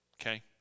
Okay